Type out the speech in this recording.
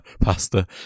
pasta